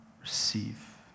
receive